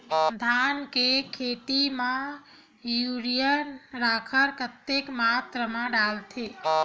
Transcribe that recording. धान के खेती म यूरिया राखर कतेक मात्रा म डलथे?